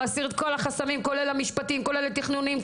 להסיר את כל החסמים כולל המשפטים כולל התכנוניים.